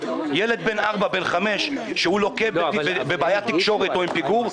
ילד בן ארבע או בן חמש שלוקה בבעיית תקשורת או שהוא ילד עם פיגור,